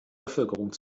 bevölkerung